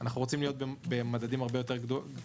אנחנו רוצים להיות במדדים הרבה יותר גבוהים.